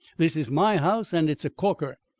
this is my house and it's a corker.